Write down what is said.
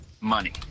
money